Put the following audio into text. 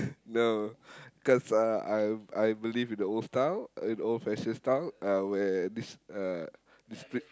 no cause uh I I believe in the old style an old fashion style uh where this uh this strict